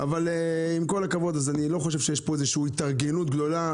אני לא חושב שיש פה התארגנות גדולה.